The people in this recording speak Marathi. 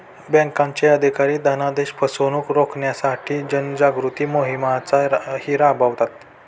बँकांचे अधिकारी धनादेश फसवणुक रोखण्यासाठी जनजागृती मोहिमाही राबवतात